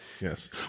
Yes